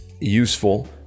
useful